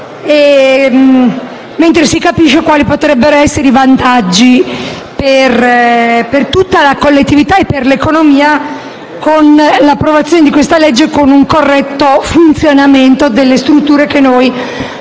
mentre si capisce quali potrebbero essere i vantaggi che verrebbero a tutta la collettività e all'economia dall'approvazione di questa norma con un corretto funzionamento delle strutture che abbiamo